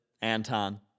Anton